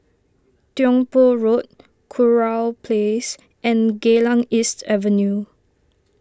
Tiong Poh Road Kurau Place and Geylang East Avenue